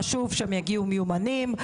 חשוב שהם יגיעו מיומנים,